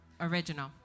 original